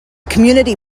community